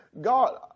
God